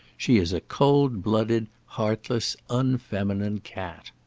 she is a cold-blooded, heartless, unfeminine cat.